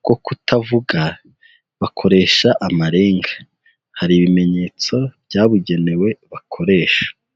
bwo kutavuga bakoresha amarenga, hari ibimenyetso byabugenewe bakoresha.